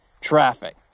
traffic